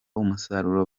umusaruro